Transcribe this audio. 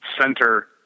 center